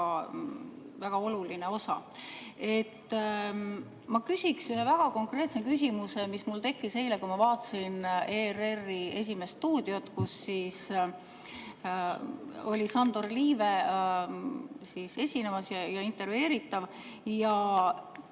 väga oluline osa. Ma küsiksin ühe väga konkreetse küsimuse, mis mul tekkis eile, kui ma vaatasin ERR-i "Esimest stuudiot", kus oli Sandor Liive esinemas ja intervjueeritav. Ta